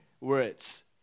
words